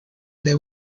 they